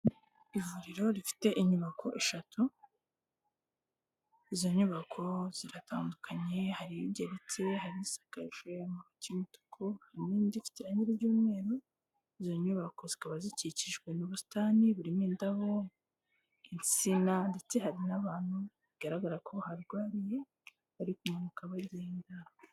Ivuriro rifite inyubako eshatu, izo nyubako ziratandukanye, hari igeretse hari isakajwe amabati y'umutuku n'indi ifite irange ry'umweru, izo nyubako zikaba zikikijwe n'ubusitani burimo indabo, insina ndetse hari n'abantu bigaragara ko baharwariye, bari kumanuka bagenda.